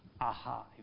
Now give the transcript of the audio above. aha